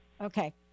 Okay